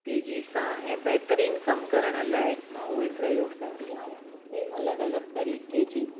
तेज़ी सां ऐं बहितरीन कमु करण लाइ मां उहे प्रयोग कंदी आहियां मूंखे अलॻि अलॻि तरीक़े जी